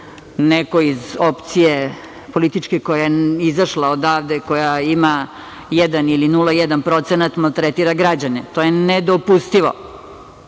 neko iz opcije političke koja je izašla odavde, koja ima 1 ili 0,1% maltretira građane. To je nedopustivo.